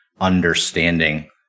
understanding